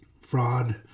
fraud